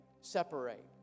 separate